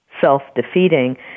self-defeating